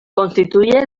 constituye